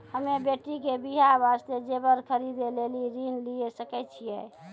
हम्मे बेटी के बियाह वास्ते जेबर खरीदे लेली ऋण लिये सकय छियै?